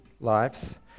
Lives